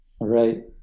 Right